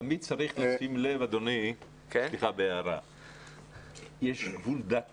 תמיד צריך לשים לב שיש גבול דק